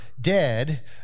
dead